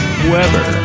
weber